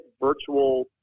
virtual